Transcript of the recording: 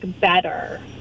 better